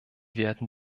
werden